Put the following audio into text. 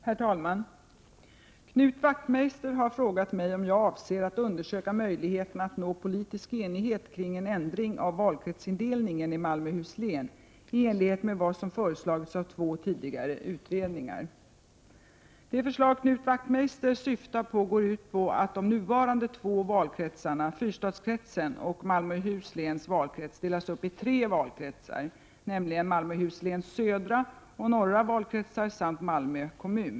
Herr talman! Knut Wachtmeister har frågat mig om jag avser att undersöka möjligheterna att nå politisk enighet kring en ändring av valkretsindelningen i Malmöhus län i enlighet med vad som föreslagits av två tidigare utredningar. Det förslag Knut Wachtmeister syftar på går ut på att de nuvarande två valkretsarna fyrstadskretsen och Malmöhus läns valkrets delas upp i tre valkretsar, nämligen Malmöhus läns södra och norra valkretsar samt Malmö kommun.